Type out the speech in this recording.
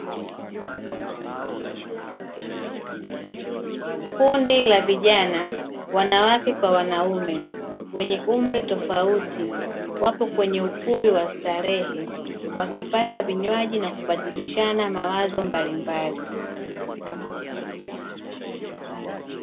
Kundi la vijana, wanawake kwa wanaume, wenye umri tofauti, wapo kwenye ukumbi wa starehe, wakipata vinywaji na kubadilishana mawazo mbalimbali.